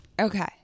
Okay